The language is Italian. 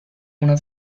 una